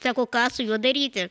sako ką su juo daryti